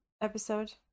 episode